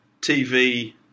TV